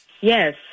Yes